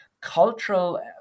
cultural